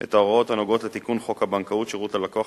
את ההוראות הנוגעות לתיקון חוק הבנקאות (שירות ללקוח),